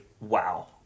wow